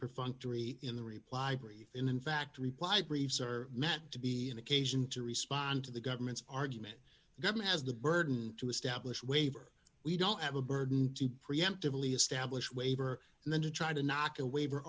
perfunctory in the reply brief and in fact reply briefs are meant to be an occasion to respond to the government's argument the government has the burden to establish waiver we don't have a burden to preemptively establish waiver and then to try to knock a waiver